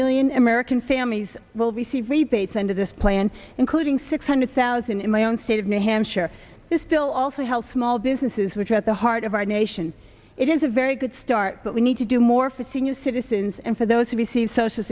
million american families will receive rebates under this plan including six hundred thousand in my own state of new hampshire this bill also helps small businesses which at the heart of our nation it is a very good start but we need to do more for senior citizens and for those who receive social